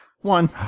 One